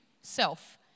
self